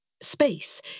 Space